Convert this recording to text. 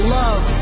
love